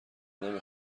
نمی